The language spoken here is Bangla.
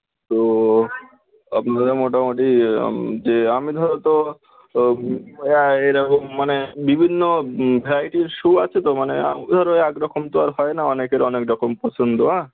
তো আপনারা মোটামোটি যে আমি ধরো তো প্রায় এরকম মানে বিভিন্ন ভ্যারাইটিজ শু আছে তো মানে ধরো একরকম তো আর হয় না অনেকের অনেক রকম পছন্দ হ্যাঁ